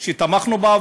שתמכנו בה,